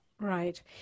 Right